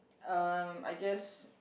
um I guess